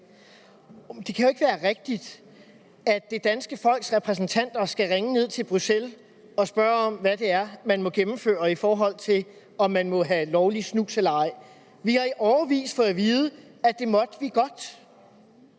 det kan jo ikke være rigtigt, at det danske folks repræsentanter skal ringe ned til Bruxelles og spørge, hvad det er, man må gennemføre, i forhold til om man må have lovlig snus eller ej. Vi har i årevis fået at vide, at det måtte vi godt.